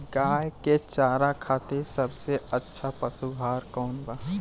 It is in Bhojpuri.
गाय के चारा खातिर सबसे अच्छा पशु आहार कौन बा?